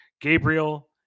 Gabriel